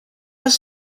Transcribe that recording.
los